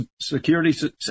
security